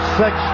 six